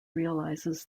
realizes